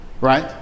right